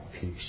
peace